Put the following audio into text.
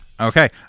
Okay